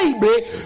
baby